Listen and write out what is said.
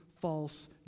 false